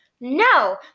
no